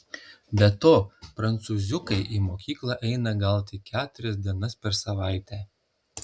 be to prancūziukai į mokyklą eina gal tik keturias dienas per savaitę